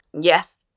Yes